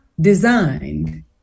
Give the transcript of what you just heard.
designed